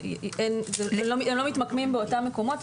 הם לא מתמקמים באותם מקומות.